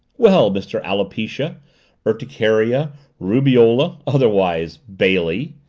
well, mr. alopecia urticaria rubeola otherwise bailey!